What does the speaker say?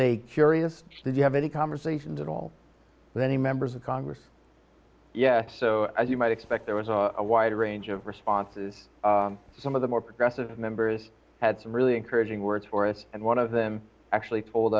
curious did you have any conversations at all with any members of congress yeah so as you might expect there was a wide range of responses some of the more progressive members had some really encouraging words for us and one of them actually told